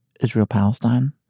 Israel-Palestine